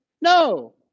No